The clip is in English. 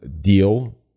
deal